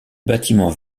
bâtiment